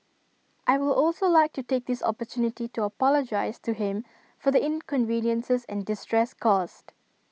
I will also like to take this opportunity to apologise to him for the inconveniences and distress caused